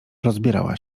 rozbierała